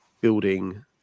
building